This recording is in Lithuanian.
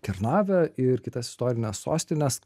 kernavę ir kitas istorines sostines